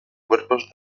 cuerpos